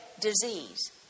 disease